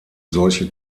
solche